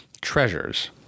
Treasures